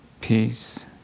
peace